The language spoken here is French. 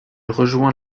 rejoint